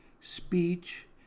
speech